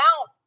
out